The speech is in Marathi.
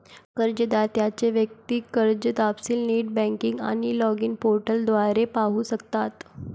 कर्जदार त्यांचे वैयक्तिक कर्ज तपशील नेट बँकिंग आणि लॉगिन पोर्टल द्वारे पाहू शकतात